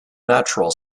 natural